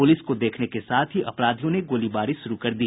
police को देखने के साथ ही अपराधियों ने गोलीबारी शुरू कर दी